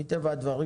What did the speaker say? מטבע הדברים,